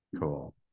Cool